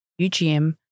UGM